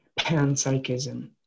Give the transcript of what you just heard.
panpsychism